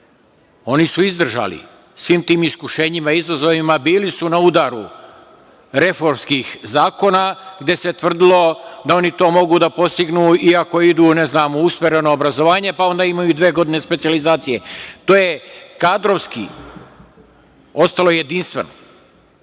Oni su izdržali svim tim iskušenjima, izazovima. Bili su na udaru reformskih zakona gde se tvrdilo da oni to mogu da postignu iako idu, ne znam na usmereno obrazovanje, pa onda imaju dve godine specijalizacije. To je kadrovski ostalo jedinstveno.